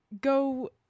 go